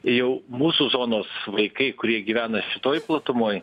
jau mūsų zonos vaikai kurie gyvena šitoj platumoj